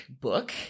book